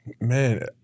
man